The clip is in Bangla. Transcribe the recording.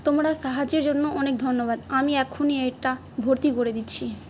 তোমরা সাহায্যের জন্য অনেক ধন্যবাদ আমি এক্ষুণি এটা ভর্তি করে দিচ্ছি